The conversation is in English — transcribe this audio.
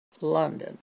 London